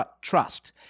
trust